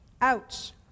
Ouch